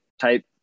type